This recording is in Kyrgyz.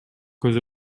көз